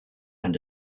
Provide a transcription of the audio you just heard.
and